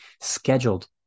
scheduled